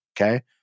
okay